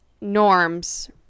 Norm's-